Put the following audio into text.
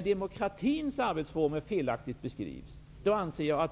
demokratins arbetsformer beskrivs på ett felaktigt sätt.